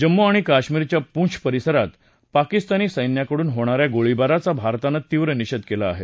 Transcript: जम्मू आणि कश्मीरच्या पूंछ परिसरात पाकिस्तानी सैन्याकडून होणाऱ्या गोळीबाराचा भारतानं तीव्र निषेध केला आहे